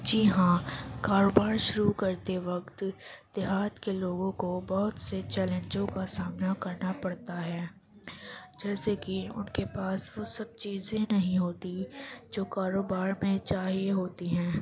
جی ہاں کاروبار شروع کرتے وقت دیہات کے لوگوں کو بہت سے چیلنجوں کا سامنا کرنا پڑتا ہے جیسے کہ ان کے پاس وہ سب چیزیں نہیں ہوتی جو کاروبار میں چاہیے ہوتی ہیں